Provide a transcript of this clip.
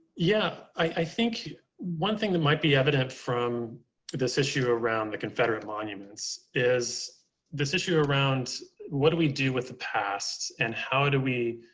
yeah, i think one thing that might be evident from this issue around the confederate monuments is this issue around what do we do with the past? and how do we,